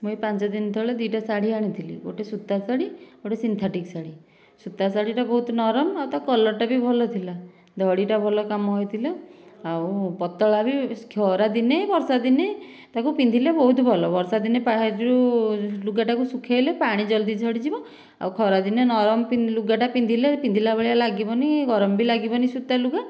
ମୁଁ ଏହି ପାଞ୍ଚ ଦିନ ତଳେ ଦୁଇଟା ଶାଢ଼ୀ ଆଣିଥିଲି ଗୋଟିଏ ସୁତା ଶାଢ଼ୀ ଗୋଟିଏ ସିନ୍ଥେଟିକ ଶାଢ଼ୀ ସୁତା ଶାଢ଼ୀଟା ବହୁତ ନରମ ଆଉ ତା କଲରଟା ବି ଭଲ ଥିଲା ଧଡ଼ିଟା ଭଲ କାମ ହୋଇଥିଲା ଆଉ ପତଳା ବି ଖରା ଦିନେ ବର୍ଷା ଦିନେ ତାକୁ ପିନ୍ଧିଲେ ବହୁତ ଭଲ ବର୍ଷା ଦିନେ ପାହାରୀରୁ ଲୁଗାଟାକୁ ସୁଖାଇଲେ ପାଣି ଜଲ୍ଦି ଝଡ଼ିଯିବ ଆଉ ଖରା ଦିନେ ନରମ ପିନ୍ ଲୁଗାଟା ପିନ୍ଧିଲେ ପିନ୍ଧିଲା ଭଳିଆ ଲାଗିବନି ଗରମ ବି ଲାଗିବନି ସୁତା ଲୁଗା